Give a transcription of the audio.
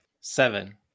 Seven